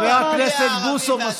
חבר הכנסת בוסו,